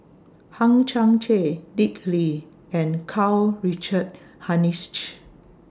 Hang Chang Chieh Dick Lee and Karl Richard Hanitsch